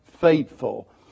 faithful